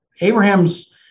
Abraham's